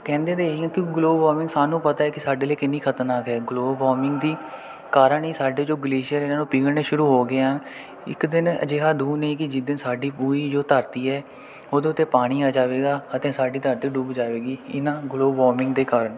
ਕਹਿੰਦੇ ਤਾਂ ਇਹ ਹੀ ਹੈ ਕਿ ਗਲੋਬਲ ਵਾਰਮਿੰਗ ਸਾਨੂੰ ਪਤਾ ਕਿ ਸਾਡੇ ਲਈ ਕਿੰਨੀ ਖ਼ਤਰਨਾਕ ਹੈ ਗਲੋਬਲ ਵਾਰਮਿੰਗ ਦੀ ਕਾਰਣ ਹੀ ਸਾਡੇ ਜੋ ਗਲੇਸ਼ੀਅਰ ਇਹਨਾਂ ਨੂੰ ਪਿਘਲਣੇ ਸ਼ੁਰੂ ਹੋ ਗਏ ਹਨ ਇੱਕ ਦਿਨ ਅਜਿਹਾ ਦੂਰ ਨਹੀਂ ਕਿ ਜਿਸ ਦਿਨ ਸਾਡੀ ਪੂਰੀ ਜੋ ਧਰਤੀ ਹੈ ਉਹਦੇ ਉੱਤੇ ਪਾਣੀ ਆ ਜਾਵੇਗਾ ਅਤੇ ਸਾਡੀ ਧਰਤੀ ਡੁੱਬ ਜਾਵੇਗੀ ਇਹਨਾਂ ਗਲੋਬਲ ਵਾਰਮਿੰਗ ਦੇ ਕਾਰਣ